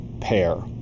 pair